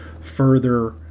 further